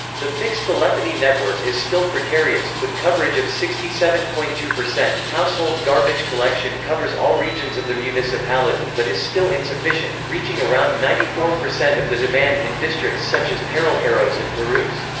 the fixed telephony network is still precarious, with coverage of sixty seven point two. household garbage collection covers all regions of the municipality but is still insufficient, reaching around ninety four percent of the demand in districts such as parelheiros and perus.